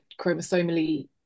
chromosomally